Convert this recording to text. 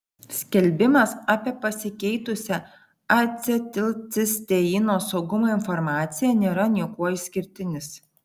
skelbimas apie pasikeitusią acetilcisteino saugumo informaciją nėra niekuo išskirtinis